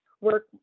work